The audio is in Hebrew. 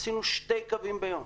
עשינו שני קווים ביום.